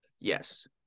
Yes